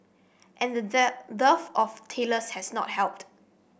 and the dead dearth of tailors has not helped